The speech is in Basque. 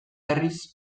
berriz